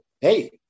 hey